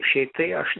šiaip tai aš